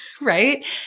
right